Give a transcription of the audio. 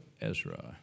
Ezra